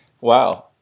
Wow